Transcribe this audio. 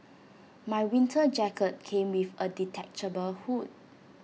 my winter jacket came with A detachable hood